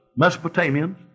Mesopotamians